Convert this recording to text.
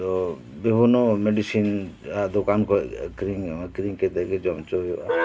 ᱫᱚ ᱵᱤᱵᱷᱤᱱᱱᱚ ᱢᱮᱰᱤᱥᱤᱱ ᱫᱚᱠᱟᱱ ᱠᱷᱚᱱ ᱠᱤᱨᱤᱧ ᱠᱤᱨᱤᱧ ᱠᱟᱛᱮ ᱜᱮ ᱡᱚᱢ ᱪᱚ ᱦᱩᱭᱩᱜᱼᱟ